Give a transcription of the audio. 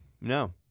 no